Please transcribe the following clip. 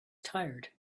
tired